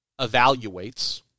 evaluates